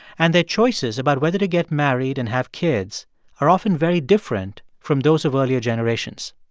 and their choices about whether to get married and have kids are often very different from those of earlier generations.